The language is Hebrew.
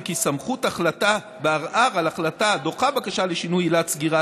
וכי הסמכות החלטה בערר על החלטה הדוחה בקשה לשינוי עילת סגירה